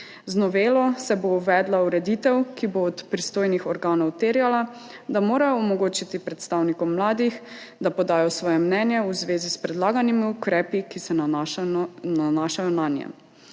Z novelo se bo uvedla ureditev, ki bo od pristojnih organov terjala, da morajo omogočiti predstavnikom mladih, da podajo svoje mnenje v zvezi s predlaganimi ukrepi, ki se nanašajo nanje.